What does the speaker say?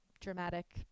dramatic